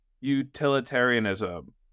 utilitarianism